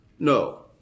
No